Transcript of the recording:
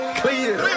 clear